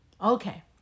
Okay